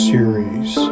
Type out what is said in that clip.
Series